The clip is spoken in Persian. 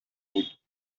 بود